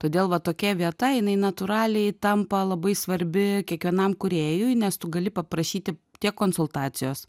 todėl va tokia vieta jinai natūraliai tampa labai svarbi kiekvienam kūrėjui nes tu gali paprašyti tiek konsultacijos